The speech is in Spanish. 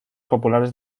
populares